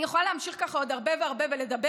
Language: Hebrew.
אני יכולה להמשיך ככה עוד הרבה והרבה ולדבר